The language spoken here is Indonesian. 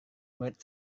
murid